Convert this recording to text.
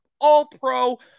all-pro